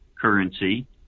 currency